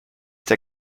der